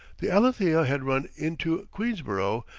the alethea had run in to queensborough,